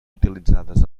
utilitzades